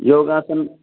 योगासनम्